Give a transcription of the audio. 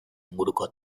inguruko